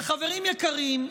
וחברים יקרים,